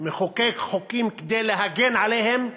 מחוקק חוקים כדי להגן עליהם.